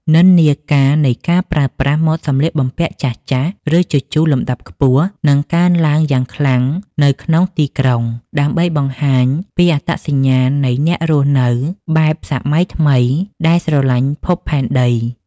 និន្នាការនៃការប្រើប្រាស់ "ម៉ូដសម្លៀកបំពាក់ចាស់ៗ ឬជជុះលំដាប់ខ្ពស់" នឹងកើនឡើងយ៉ាងខ្លាំងនៅក្នុងទីក្រុង ដើម្បីបង្ហាញពីអត្តសញ្ញាណនៃអ្នករស់នៅបែបសម័យថ្មីដែលស្រឡាញ់ភពផែនដី។